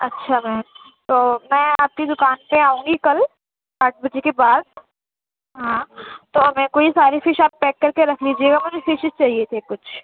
اچھا میم تو میں آپ کی دُکان پہ آؤں گی کل پانچ بجے کے بعد ہاں تو میرے کو یہ ساری فش آپ پیک کرکے رکھ لیجیے گا مجھے فشز چاہیے تھے کچھ